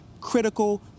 critical